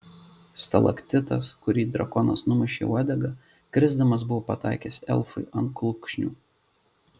stalaktitas kurį drakonas numušė uodega krisdamas buvo pataikęs elfui ant kulkšnių